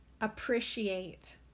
Appreciate